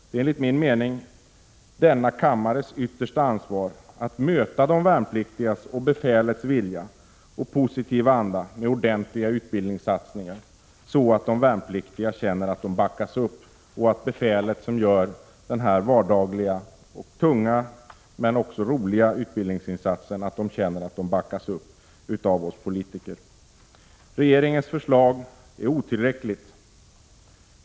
Det är enligt min mening denna kammares yttersta ansvar att möta de värnpliktigas och befälets vilja och positiva anda med ordentliga utbildningssatsningar så att de värnpliktiga känner att de backas upp och att befälet, som gör den vardagliga, tunga men också roliga utbildningsinsatsen, också känner att de har stöd hos oss politiker. Regeringens förslag är otillräckligt.